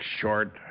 Short